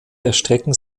erstrecken